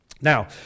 Now